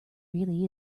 really